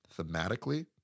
Thematically